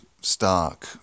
stark